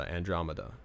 Andromeda，